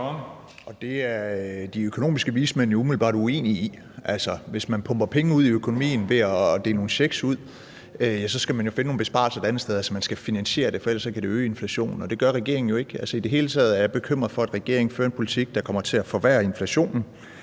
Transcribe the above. Det er de økonomiske vismænd jo umiddelbart uenige i. Hvis man pumper penge ud i økonomien ved at dele nogle checks ud, skal man jo finde nogle besparelser et andet sted. Altså, man skal finansiere det, for ellers kan det øge inflationen, og det gør regeringen jo ikke. I det hele taget er jeg bekymret for, at regeringen fører en politik, der kommer til at forværre inflationen.